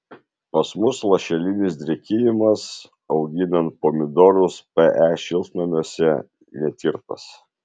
pas mus lašelinis drėkinimas auginant pomidorus pe šiltnamiuose netirtas